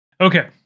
Okay